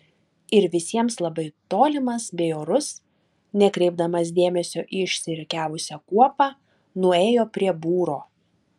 ir visiems labai tolimas bei orus nekreipdamas dėmesio į išsirikiavusią kuopą nuėjo prie būro